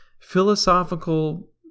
philosophical